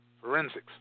forensics